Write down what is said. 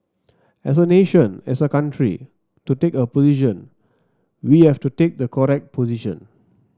as a nation as a country to take a position we have to take the correct position